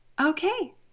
okay